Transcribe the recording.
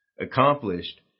accomplished